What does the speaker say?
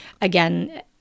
again